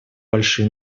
большие